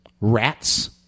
rats